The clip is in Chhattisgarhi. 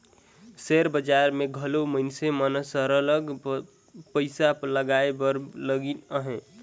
सेयर बजार में घलो मइनसे मन सरलग पइसा लगाए बर लगिन अहें